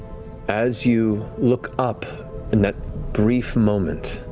as you look up in that brief moment,